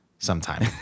Sometime